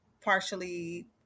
partially